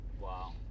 Wow